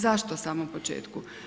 Zašto samom početku?